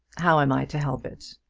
how am i to help it?